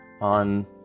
on